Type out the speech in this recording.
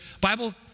Bible